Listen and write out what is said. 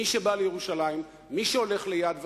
מי שבא לירושלים, מי שהולך ל"יד ושם",